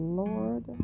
lord